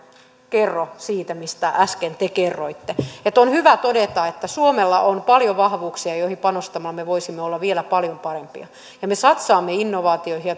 kerro siitä mistä äsken te kerroitte on hyvä todeta että suomella on paljon vahvuuksia joihin panostamalla me voisimme olla vielä paljon parempia ja me satsaamme innovaatioihin